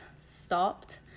stopped